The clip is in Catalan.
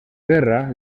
guerra